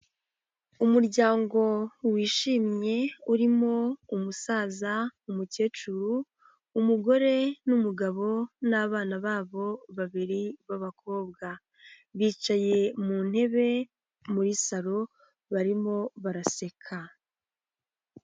Umuryango wishimye urimo umusaza, umukecuru, umugore n'umugabo n'abana babo babiri b'abakobwa, bicaye mu ntebe muri saro, barimo baraseka.